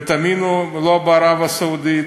ותאמינו, לא בערב הסעודית,